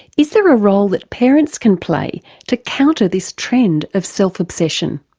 is there a role that parents can play to counter this trend of self-obsession?